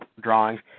drawings